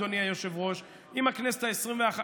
אדוני היושב-ראש: הכנסת העשרים-ואחת,